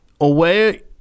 away